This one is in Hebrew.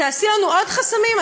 תעשי לנו עוד חסמים?